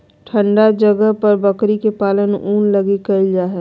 ठन्डा जगह पर बकरी के पालन ऊन लगी कईल जा हइ